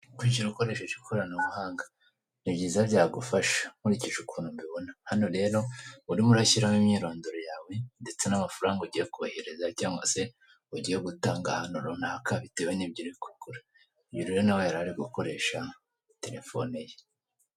Kwishyura ukoresheje ikoranabuhanga ni byiza byagufasha nkurikije ukuntu mbibona, hano rero urimo urashyiramo imyirondoro yawe ndetse n'amafaranga ugiye kwohereza cyangwa se ugiye gutanga ahantu runaka bitewe nibyo uri kugura uyu rero nawe yari ari gukoresha terefone ye.